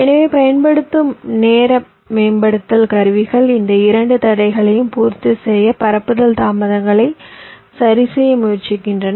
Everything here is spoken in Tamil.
எனவே பயன்படுத்தும் நேர மேம்படுத்தல் கருவிகள் இந்த 2 தடைகளையும் பூர்த்தி செய்ய பரப்புதல் தாமதங்களை சரிசெய்ய முயற்சிக்கின்றன